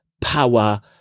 power